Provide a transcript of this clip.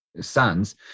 sons